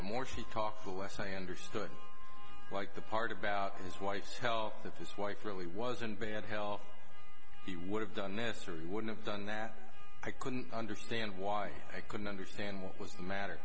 the more she talked the less i understood like the part about his wife's health that his wife really was in bad health he would have done this or he wouldn't have done that i couldn't understand why i couldn't understand what was the matter